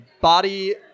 body